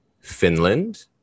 Finland